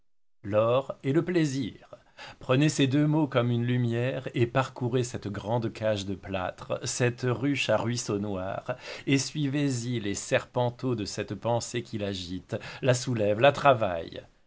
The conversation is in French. l'or et le plaisir prenez ces deux mots comme une lumière et parcourez cette grande cage de plâtre cette ruche à ruisseaux noirs et suivez y les serpenteaux de cette pensée qui l'agite la soulève la travaille